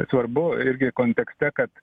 svarbu irgi kontekste kad